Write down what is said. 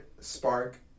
spark